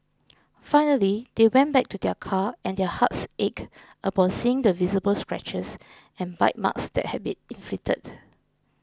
finally they went back to their car and their hearts ached upon seeing the visible scratches and bite marks that had been inflicted